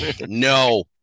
No